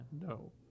No